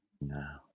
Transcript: No